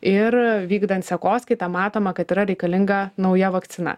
ir vykdant sekoskaitą matoma kad yra reikalinga nauja vakcina